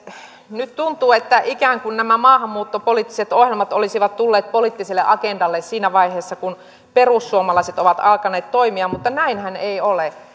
nyt tuntuu että ikään kuin nämä maahanmuuttopoliittiset ohjelmat olisivat tulleet poliittiselle agendalle siinä vaiheessa kun perussuomalaiset ovat alkaneet toimia mutta näinhän ei ole